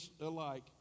alike